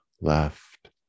left